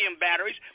batteries